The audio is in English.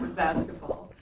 basketball.